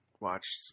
watched